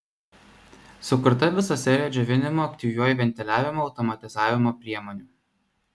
sukurta visa serija džiovinimo aktyviuoju ventiliavimu automatizavimo priemonių